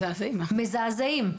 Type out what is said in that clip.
מזעזעים.